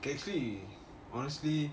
actually honestly